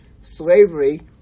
slavery